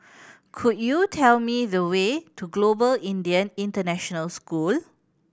could you tell me the way to Global Indian International School